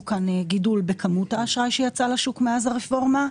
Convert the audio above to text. כאן גידול בכמות האשראי שיצא לשוק מאז הרפורמה,